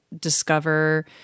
discover